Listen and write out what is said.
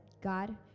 God